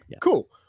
cool